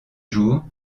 jours